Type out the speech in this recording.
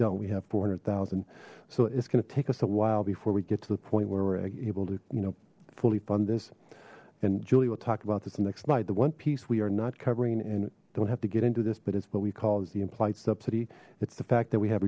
don't we have four hundred thousand so it's going to take us a while before we get to the point where we're able to you know fully fund this and julie will talk about this the next slide the one piece we are not covering and don't have to get into this but it's what we call is the implied subsidy it's the fact that we have